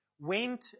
went